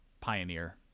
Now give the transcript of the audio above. Pioneer